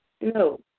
No